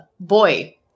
boy